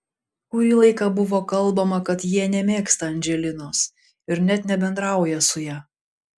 kurį laiką buvo kalbama kad jie nemėgsta andželinos ir net nebendrauja su ja